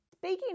Speaking